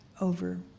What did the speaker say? over